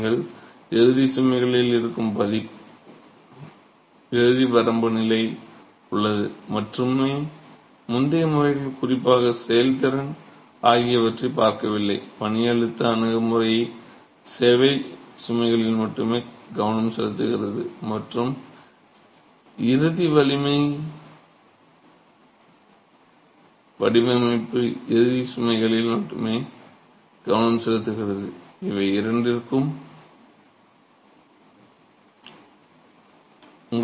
நீங்கள் இறுதி சுமைகளில் பாதுகாப்பில் இருக்கும் இறுதி வரம்பு நிலை உள்ளது மற்றும் முந்தைய முறைகள் குறிப்பாக சேவைத்திறன் நிலைமைகளைப் பார்க்கவில்லை பணி அழுத்த அணுகுமுறை சேவை சுமைகளில் மட்டுமே கவனம் செலுத்துகிறது மற்றும் இறுதி வலிமை வடிவமைப்பு இறுதி சுமைகளில் மட்டுமே கவனம் செலுத்துகிறது இவை இரண்டிலும் உங்களுக்கு குறைபாடுகள் இருந்தன